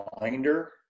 binder